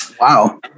Wow